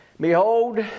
Behold